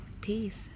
peace